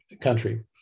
country